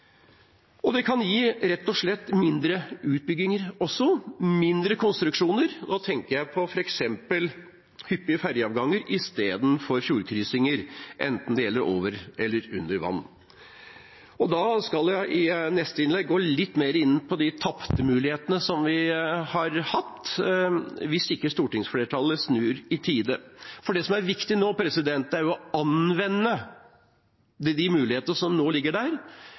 elektrisitet. Det kan også rett og slett gi færre utbygginger, færre konstruksjoner. Da tenker jeg på f.eks. hyppige ferjeavganger i stedet for fjordkryssinger, enten det gjelder over eller under vann. I neste innlegg skal jeg gå litt mer inn på mulighetene vi har tapt, hvis ikke stortingsflertallet snur i tide. Det som er viktig nå, er å anvende de mulighetene som foreligger. Norge er nå i førersetet, ikke minst når det